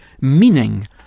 meaning